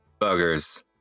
buggers